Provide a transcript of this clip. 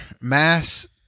mass